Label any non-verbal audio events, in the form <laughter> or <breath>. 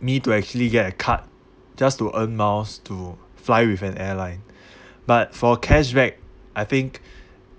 me to actually get a card just to earn miles to fly with an airline <breath> but for cash back I think